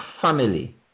family